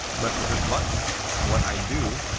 but for this button what i do,